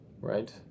right